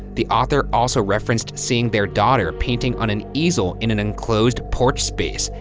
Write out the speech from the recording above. the author also referenced seeing their daughter painting on an easel in an enclosed porch space,